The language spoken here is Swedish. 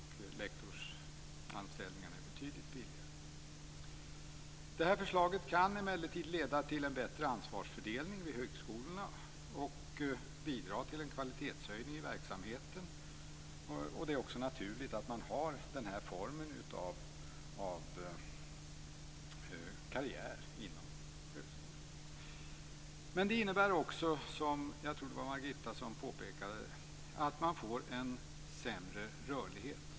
Lektorsanställningarna är betydligt billigare. Det här förslaget kan emellertid leda till en bättre ansvarsfördelning vid högskolorna och bidra till en kvalitetshöjning i verksamheten. Det är också naturligt att man har den här formen av karriär inom högskolan. Men det innebär också, som jag tror Margitta Edgren påpekade, att vi får en sämre rörlighet.